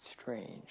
strange